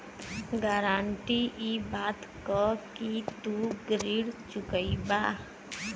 guarantee इ बात क कि तू ऋण चुकइबा